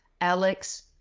Alex